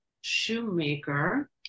Shoemaker